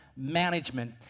management